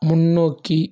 முன்னோக்கி